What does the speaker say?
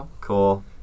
Cool